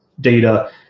data